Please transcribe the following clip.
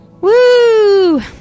Woo